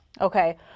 Okay